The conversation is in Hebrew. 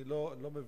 אני לא מבין,